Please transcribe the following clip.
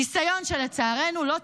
ניסיון שלצערנו לא צלח,